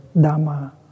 Dharma